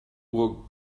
uhr